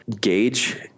gauge